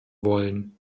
wollen